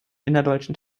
innerdeutschen